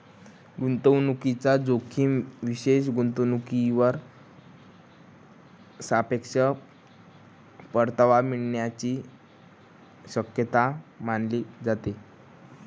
गुंतवणूकीचा जोखीम विशेष गुंतवणूकीवर सापेक्ष परतावा मिळण्याची शक्यता मानली जाते